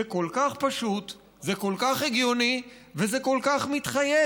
זה כל כך פשוט, זה כל כך הגיוני וזה כל כך מתחייב,